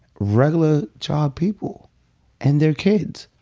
regular job people and their kids